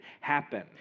happen